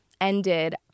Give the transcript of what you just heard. ended